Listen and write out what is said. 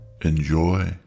Enjoy